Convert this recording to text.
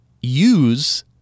use